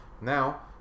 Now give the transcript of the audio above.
Now